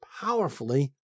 powerfully